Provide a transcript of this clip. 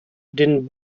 den